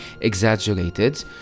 exaggerated